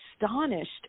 astonished